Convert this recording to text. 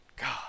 God